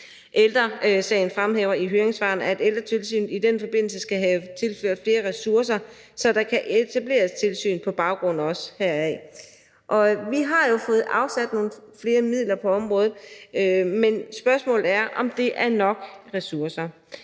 Ældre Sagen fremhæver i høringssvaret, at Ældretilsynet i den forbindelse skal have tilført flere ressourcer, så der kan etableres tilsyn også på baggrund heraf. Vi har jo fået afsat nogle flere midler på området, men spørgsmålet er, om det er nok ressourcer.